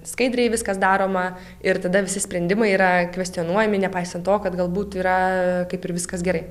skaidriai viskas daroma ir tada visi sprendimai yra kvestionuojami nepaisant to kad galbūt yra kaip ir viskas gerai